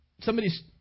somebody's